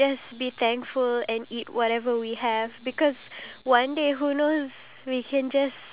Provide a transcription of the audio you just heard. who are dealing with no food at all you know having maybe one meal in a week